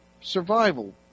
survival